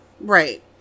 right